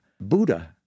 Buddha